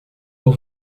pour